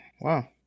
wow